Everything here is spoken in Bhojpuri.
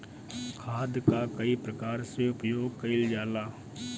खाद कअ कई प्रकार से उपयोग कइल जाला